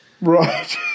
Right